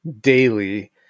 daily